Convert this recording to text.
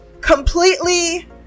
completely